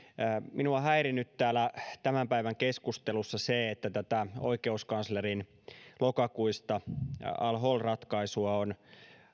minua on häirinnyt täällä tämän päivän keskustelussa se että tätä oikeuskanslerin lokakuista al hol ratkaisua on